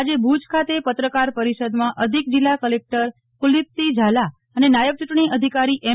આજે ભુજ ખાતે પત્રકાર પરિષદમાં અધિક જિલ્લા કલેકટર કુલદીપસિંહ ઝાલા અને નાયબ ચૂંટણી અધિકારી એમ